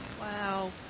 Wow